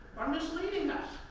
are misleading us?